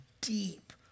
deep